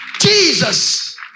Jesus